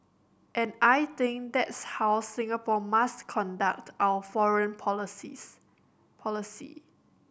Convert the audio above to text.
and I think that's how Singapore must conduct our foreign policies policy